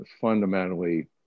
fundamentally